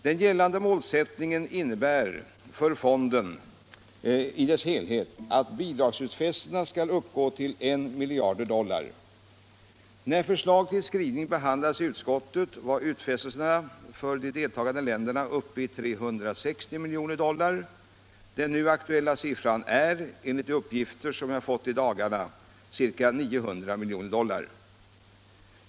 Den gällande målsättningen innebär för fonden i dess helhet att bidragsutfästelserna skall uppgå till I miljard dollar. När förslag till skrivning behandlades i utskottet var utfästelserna från de deltagande länderna uppe i 360 miljoner dollar. Den nu aktuella siffran är, enligt de uppgifter som jag fått i dagarna, ca 900 miljoner dollar.